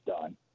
done